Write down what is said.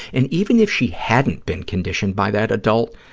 and even if she hadn't been conditioned by that adult,